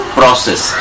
process